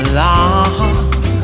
long